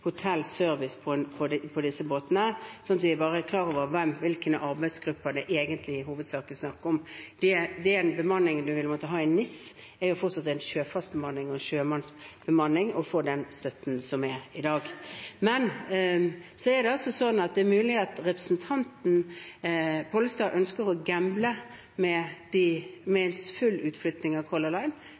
og service på disse båtene, bare slik at vi er klar over hvilke arbeidsgrupper dette i hovedsak er snakk om. Den bemanningen man må ha i NIS for å få støtte i dag, er fortsatt en sjøfartsbemanning og sjømannsbemanning. Det er mulig at representanten Pollestad ønsker å gamble med en full utflytting av Color Line.